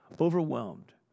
overwhelmed